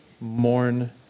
mourn